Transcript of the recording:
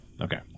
Okay